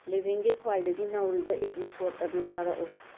ꯂꯦꯚꯤꯡꯒꯤ ꯈ꯭ꯋꯥꯏꯗꯒꯤ ꯅꯧꯔꯤꯕ ꯏꯄꯤꯁꯣꯗ ꯑꯗꯨ ꯊꯥꯔꯛꯎ